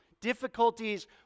difficulties